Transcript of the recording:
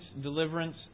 deliverance